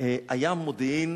היה מודיעין